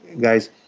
guys